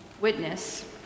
witness